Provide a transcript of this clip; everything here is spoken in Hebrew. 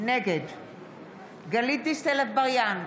נגד גלית דיסטל אטבריאן,